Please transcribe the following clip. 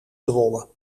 zwolle